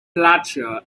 larger